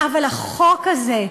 אבל החוק הזה,